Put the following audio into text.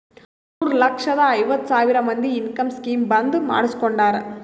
ಮೂರ ಲಕ್ಷದ ಐವತ್ ಸಾವಿರ ಮಂದಿ ಇನ್ಕಮ್ ಸ್ಕೀಮ್ ಬಂದ್ ಮಾಡುಸ್ಕೊಂಡಾರ್